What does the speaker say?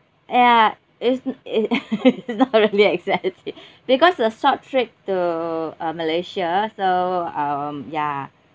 !aiya! it's it not really a short trip because the short trip to uh malaysia so um ya